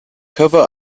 cover